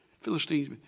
Philistines